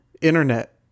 Internet